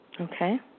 Okay